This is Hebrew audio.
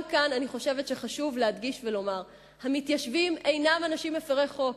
גם כאן אני חושבת שחשוב להדגיש ולומר: המתיישבים אינם אנשים מפירי חוק,